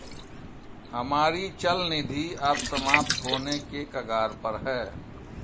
हमारी चल निधि अब समाप्त होने के कगार पर है